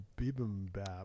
bibimbap